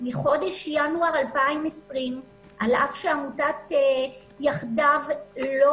מחודש ינואר 2020. על אף שעמותת "יחדיו" לא